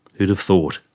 who'd have thought?